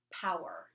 power